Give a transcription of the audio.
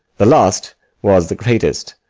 the last was the greatest,